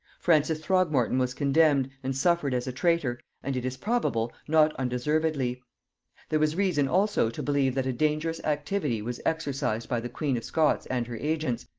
francis throgmorton was condemned, and suffered as a traitor, and, it is probable, not undeservedly there was reason also to believe that a dangerous activity was exercised by the queen of scots and her agents,